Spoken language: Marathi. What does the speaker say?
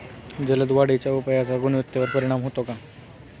जलद वाढीच्या उपायाचा गुणवत्तेवर परिणाम होतो का?